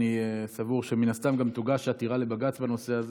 אני סבור שמן הסתם גם תוגש עתירה לבג"ץ בנושא הזה.